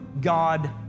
God